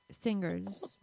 singers